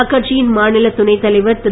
அக்கட்சியின் மாநில துணைத்தலைவர் திரு